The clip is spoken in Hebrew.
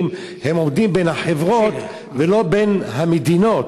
עובדים בין החברות ולא בין המדינות,